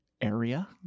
area